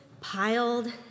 piled